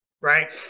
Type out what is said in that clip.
right